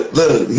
look